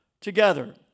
together